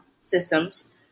systems